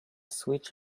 switch